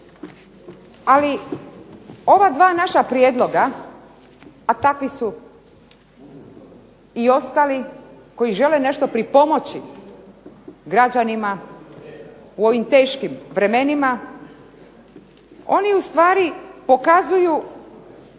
Ali ova 2 naša prijedloga, a takvi su i ostali, koji žele nešto pripomoći građanima u ovim teškim vremenima oni ustvari pokazuju